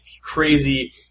crazy